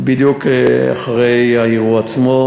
בדיוק אחרי האירוע עצמו.